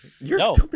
no